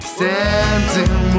Standing